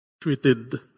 treated